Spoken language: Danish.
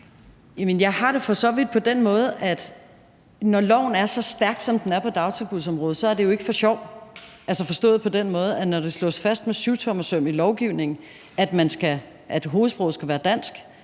jeg har det for så vidt på den måde, at når loven er så stærk, som den er på dagtilbudsområdet, så er det jo ikke for sjov, altså forstået på den måde, at når det slås fast med syvtommersøm i lovgivningen, at hovedsproget skal være dansk,